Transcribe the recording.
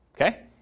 Okay